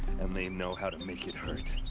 and they know how to make it hurt.